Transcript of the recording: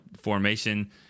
formation